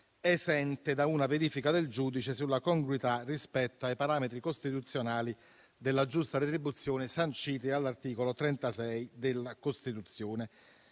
esente da una verifica del giudice sulla congruità rispetto ai parametri costituzionali della giusta retribuzione, sanciti dall'articolo 36 della Costituzione.